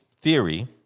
theory